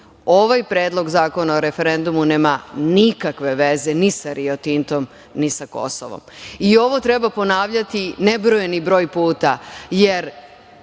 Ovaj Predlog zakona o referendumu nema nikakve veze ni sa Rio Tintom ni sa Kosovom. Ovo treba ponavljati nebrojeni broj puta, jer